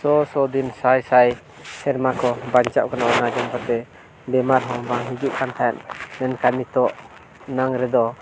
ᱥᱚ ᱥᱚ ᱫᱤᱱ ᱥᱟᱭ ᱥᱟᱭ ᱥᱮᱨᱢᱟ ᱠᱚ ᱵᱟᱧᱪᱟᱜ ᱠᱟᱱᱟ ᱚᱱᱟ ᱡᱚᱢ ᱠᱟᱛᱮᱫ ᱵᱤᱢᱟᱨ ᱦᱚᱸ ᱵᱟᱝ ᱦᱤᱡᱩᱜ ᱠᱟᱱ ᱛᱟᱦᱮᱸᱫ ᱢᱮᱱᱠᱷᱟᱱ ᱱᱤᱛᱚᱜ ᱱᱟᱝ ᱨᱮᱫᱚ